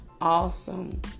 awesome